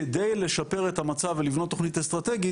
כדי לשפר את המצב ולבנות תוכנית אסטרטגית,